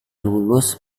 lulus